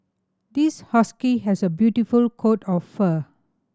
this husky has a beautiful coat of fur